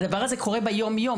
הדבר הזה קורה ביום-יום,